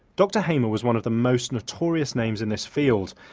dr hamer was one of the most notorious names in this field,